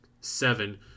seven